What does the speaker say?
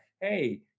hey